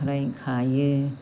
ओमफ्राय खायो